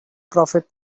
profit